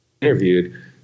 interviewed